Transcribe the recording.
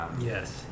Yes